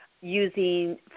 using